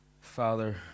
Father